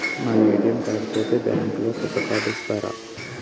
నా ATM card పోతే bank లో కొత్త కార్డు ఇస్తరా?